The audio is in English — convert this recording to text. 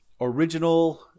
original